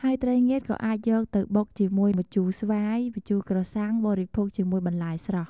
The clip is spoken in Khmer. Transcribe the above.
ហើយត្រីងៀតក៏អាចយកទៅបុកជាមួយម្ជូរស្វាយ ម្ជូរក្រសាំង បរិភោគជាមួយបន្លែស្រស់។